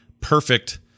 perfect